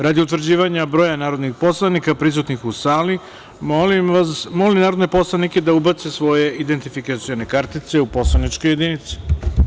Radi utvrđivanja broja narodnih poslanika prisutnih u sali, molim narodne poslanike da ubace svoje identifikacione kartice u poslaničke jedinice.